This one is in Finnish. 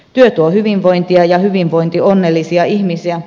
työ tuo hyvinvointia ja hyvinvointi onnellisia ihmisiä